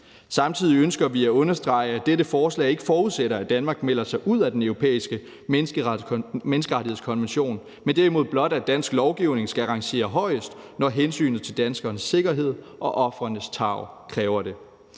Samtidig ønsker vi at understrege, at dette forslag ikke forudsætter, at Danmark melder sig ud af Den Europæiske Menneskerettighedskonvention, men derimod blot, at dansk lovgivning skal rangere højest, når hensynet til danskernes sikkerhed og ofrenes tarv kræver det.